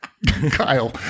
Kyle